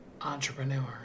entrepreneur